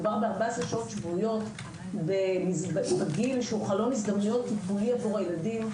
מדובר ב-14 שעות שבועיות בגיל שהוא חלון הזדמנויות גבולי עבור הילדים,